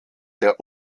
der